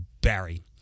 barry